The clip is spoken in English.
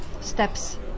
Steps